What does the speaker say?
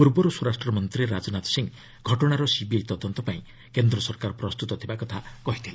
ପୂର୍ବରୁ ସ୍ୱରାଷ୍ଟ୍ରମନ୍ତ୍ରୀ ରାଜନାଥ ସିଂ ଘଟଣାର ସିବିଆଇ ତଦନ୍ତପାଇଁ କେନ୍ଦ୍ର ସରକାର ପ୍ରସ୍ତୁତ ଥିବା କଥା କହିଥିଲେ